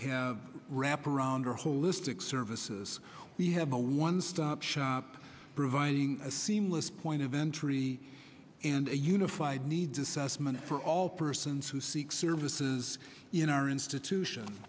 have wraparound or holistic services we have a one stop shop providing a seamless point of entry and a unified needs assessment for all persons who seek services in our institution